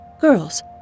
Girls